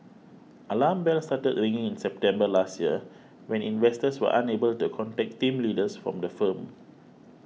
alarm bells started ringing in September last year when investors were unable to contact team leaders from the firm